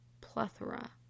Plethora